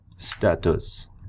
Status